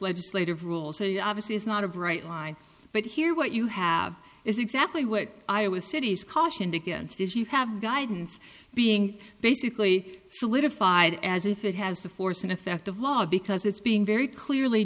legislative rules obviously is not a bright line but here what you have is exactly what iowa city's cautioned against is you have guidance being basically solidified as if it has the force and effect of law because it's being very clearly